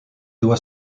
doit